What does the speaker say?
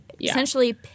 essentially